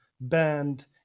band